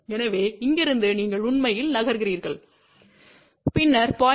எனவே இங்கிருந்து நீங்கள் உண்மையில் நகர்கிறீர்கள் பின்னர் 0